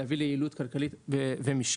ולהביא ליעילות כלכלית ומשקית.